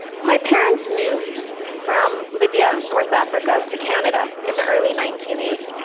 my parents moved from libya, north africa, to canada in the early nineteen eighty s,